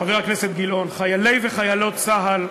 חבר הכנסת גילאון, חיילי וחיילות צה"ל,